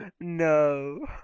No